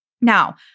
Now